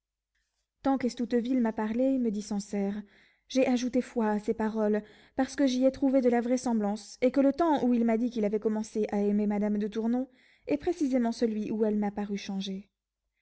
tant qu'estouteville m'a parlé me dit sancerre j'ai ajouté foi a ses paroles parce que j'y ai trouvé de la vraisemblance et que le temps où il m'a dit qu'il avait commencé à aimer madame de tournon est précisément celui où elle m'a paru changée